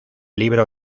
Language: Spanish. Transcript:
libro